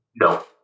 No